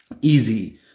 easy